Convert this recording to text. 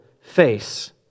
face